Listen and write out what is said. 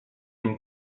une